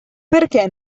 perché